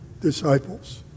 disciples